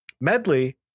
Medley